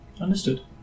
Understood